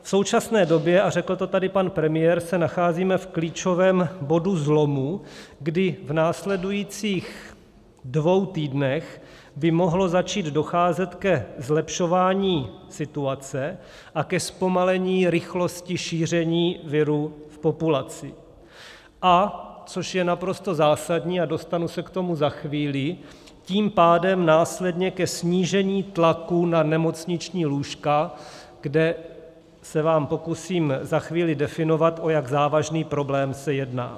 V současné době, a řekl to tady pan premiér, se nacházíme v klíčovém bodu zlomu, kdy v následujících dvou týdnech by mohlo začít docházet ke zlepšování situace a ke zpomalení rychlosti šíření viru v populaci, a což je naprosto zásadní, a dostanu se k tomu za chvíli, tím pádem následně ke snížení tlaku na nemocniční lůžka, kde se vám pokusím za chvíli definovat, o jak závažný problém se jedná.